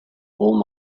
all